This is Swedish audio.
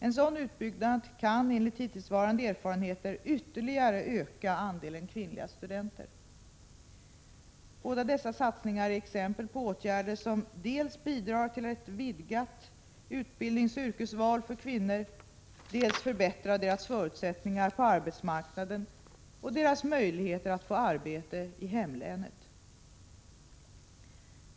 En sådan utbyggnad kan enligt hittillsvarande erfarenheter ytterligare öka andelen kvinnliga studenter. Båda dessa satsningar är exempel på åtgärder som dels bidrar till ett vidgat utbildningsoch yrkesval för kvinnor, dels förbättrar deras förutsättningar på arbetsmarknaden och deras möjligheter att få arbete i hemlänet.